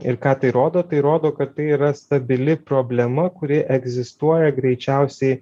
ir ką tai rodo tai rodo kad tai yra stabili problema kuri egzistuoja greičiausiai